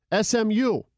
SMU